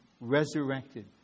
resurrected